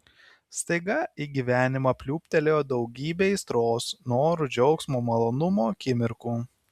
staiga į gyvenimą pliūptelėjo daugybė aistros norų džiaugsmo malonumo akimirkų